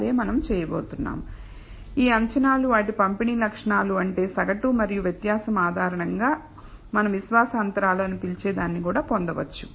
అదే మనం చేయబోతున్నాం ఈ అంచనాలు వాటి పంపిణీ లక్షణాల అంటే సగటు మరియు వ్యత్యాసం ఆధారంగా మనం విశ్వాస అంతరాలు అని పిలిచేదాన్ని కూడా పొందవచ్చు